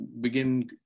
begin